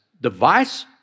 device